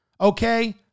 okay